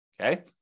Okay